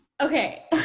Okay